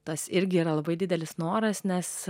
tas irgi yra labai didelis noras nes